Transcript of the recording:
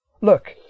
look